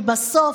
כי בסוף,